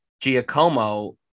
Giacomo